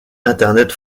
internet